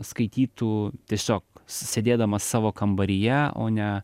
skaitytų tiesiog sėdėdamas savo kambaryje o ne